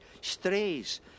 strays